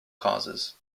causes